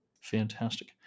fantastic